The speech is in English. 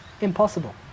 Impossible